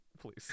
please